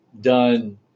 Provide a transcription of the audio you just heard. done